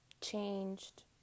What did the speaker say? changed